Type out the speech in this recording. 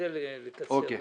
תשתדל לקצר.